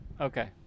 Okay